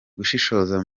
gushishoza